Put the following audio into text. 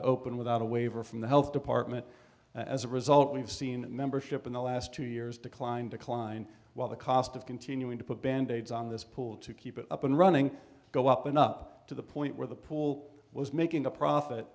to open without a waiver from the health department as a result we've seen membership in the last two years decline decline while the cost of continuing to put band aids on this pool to keep it up and running go up and up to the point where the pool was making a profit